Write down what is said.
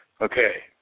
Okay